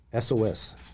SOS